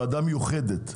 ועדה מיוחדת.